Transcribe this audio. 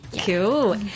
Cool